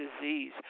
disease